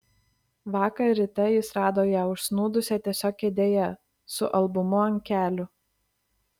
vakar ryte jis rado ją užsnūdusią tiesiog kėdėje su albumu ant kelių